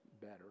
better